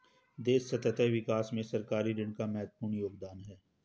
देश सतत विकास में सरकारी ऋण का महत्वपूर्ण योगदान है